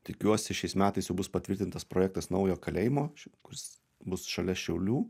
tikiuosi šiais metais jau bus patvirtintas projektas naujo kalėjimo kuris bus šalia šiaulių